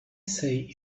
say